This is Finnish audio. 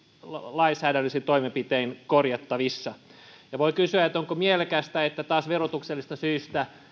lainsäädännöllisin toimenpitein korjattavissa voi kysyä onko mielekästä että taas verotuksellisista syistä